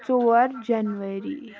ژور جنؤری